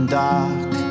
dark